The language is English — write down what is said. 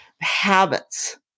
habits